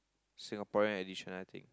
Singaporean additional thing